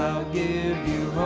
give you